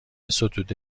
ستوده